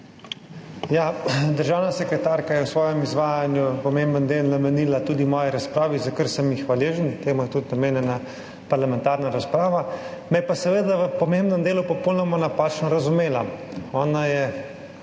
Državna sekretarka je v svojem izvajanju pomemben del namenila tudi moji razpravi, za kar sem ji hvaležen, temu je tudi namenjena parlamentarna razprava, me je pa seveda v pomembnem delu popolnoma napačno razumela. Ona je